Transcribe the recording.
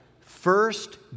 First